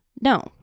No